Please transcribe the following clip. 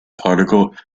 particle